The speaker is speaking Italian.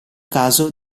caso